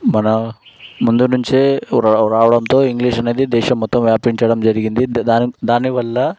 మన ముందు నుంచే రావడంతో ఇంగ్లీష్ అనేది దేశం మొత్తం వ్యాపించడం జరిగింది దాని దాని వల్ల